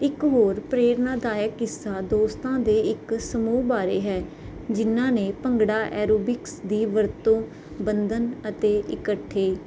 ਇੱਕ ਹੋਰ ਪ੍ਰੇਰਨਾਦਾਇਕ ਕਿੱਸਾ ਦੋਸਤਾਂ ਦੇ ਇੱਕ ਸਮੂਹ ਬਾਰੇ ਹੈ ਜਿਨਾਂ ਨੇ ਭੰਗੜਾ ਐਰੋਬਿਕਸ ਦੀ ਵਰਤੋਂ ਬੰਧਨ ਅਤੇ ਇਕੱਠੇ